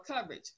coverage